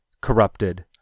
corrupted